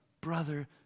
brother